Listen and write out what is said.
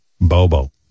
Bobo